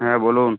হ্যাঁ বলুন